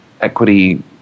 equity